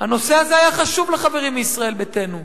הנושא הזה היה חשוב לחברים מישראל ביתנו,